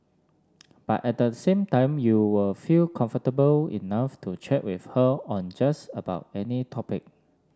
but at the same time you will feel comfortable enough to chat with her on just about any topic